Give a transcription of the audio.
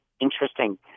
interesting